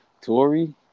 Tory